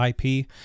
IP